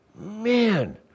Man